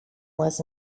was